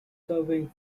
serving